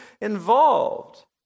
involved